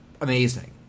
amazing